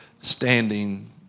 standing